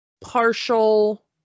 partial